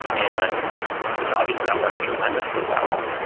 and you know obviously, that worked tremendously well.